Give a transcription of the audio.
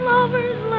Lover's